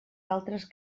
altres